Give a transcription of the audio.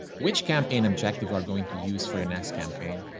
which campaign objective are going to use for your next campaign?